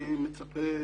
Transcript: אני מצפה